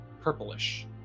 purplish